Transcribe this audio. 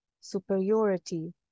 superiority